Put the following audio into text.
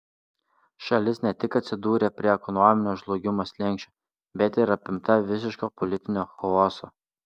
šalis ne tik atsidūrė prie ekonominio žlugimo slenksčio bet ir apimta visiško politinio chaoso